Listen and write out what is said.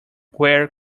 where